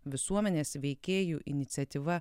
visuomenės veikėjų iniciatyva